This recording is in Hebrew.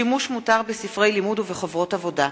שימוש מותר בספרי לימוד ובחוברות עבודה),